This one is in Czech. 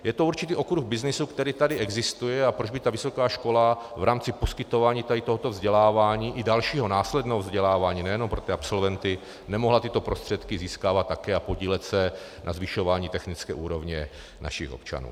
Je to určitý okruh byznysu, který tady existuje, a proč by vysoká škola v rámci poskytování tohoto vzdělávání, i dalšího následného vzdělávání nejenom pro ty absolventy, nemohla tyto prostředky získávat také a podílet se na zvyšování technické úrovně našich občanů?